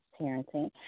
parenting